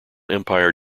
empire